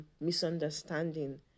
misunderstanding